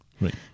Right